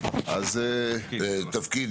בבקשה.